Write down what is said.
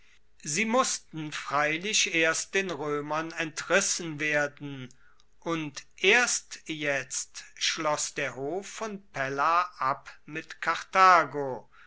sie massten freilich erst den roemern entrissen werden und erst jetzt schloss der hof von pella ab mit karthago